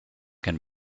can